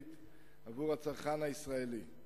החקלאית עבור הצרכן הישראלי,